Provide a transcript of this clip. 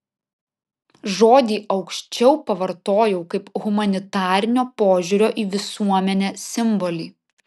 žodį aukščiau pavartojau kaip humanitarinio požiūrio į visuomenę simbolį